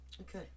Okay